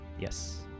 Yes